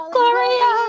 Gloria